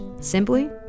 simply